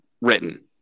Written